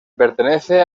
pertenece